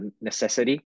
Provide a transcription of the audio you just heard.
necessity